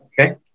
Okay